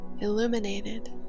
illuminated